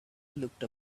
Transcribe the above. looked